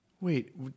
Wait